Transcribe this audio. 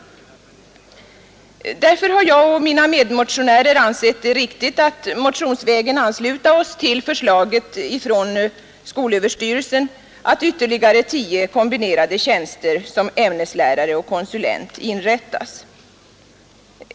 Jag och mina medmotionärer har därför ansett det riktigt att motionsvägen ansluta oss till förslaget från skolöverstyrelsen att ytterligare tio kombinerade tjänster som ämneslärare och konsulent inrättas.